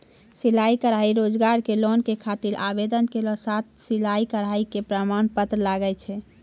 सिलाई कढ़ाई रोजगार के लोन के खातिर आवेदन केरो साथ सिलाई कढ़ाई के प्रमाण पत्र लागै छै?